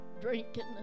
drinking